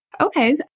Okay